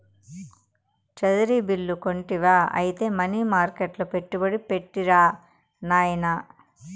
treasury bill కొంటివా ఐతే money మర్కెట్ల పెట్టుబడి పెట్టిరా నాయనా